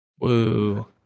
Woo